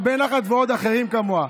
הרבה נחת ועוד אחרים כמוה.